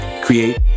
Create